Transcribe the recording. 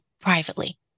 privately